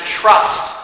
trust